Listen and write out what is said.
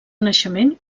naixement